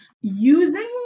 using